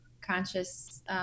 conscious